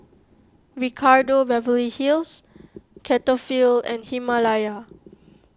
Ricardo Beverly Hills Cetaphil and Himalaya